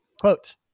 Quote